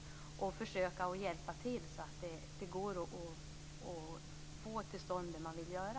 Man kan försöka hjälpa till så att det går att få till stånd det man vill göra.